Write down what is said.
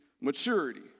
maturity